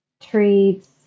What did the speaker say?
treats